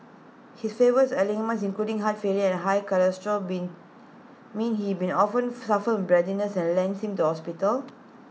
his various ailments including heart failure and high cholesterol been mean he been often suffers from breathlessness and lands him in hospital